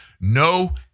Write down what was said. no